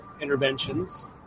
interventions